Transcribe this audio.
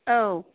औ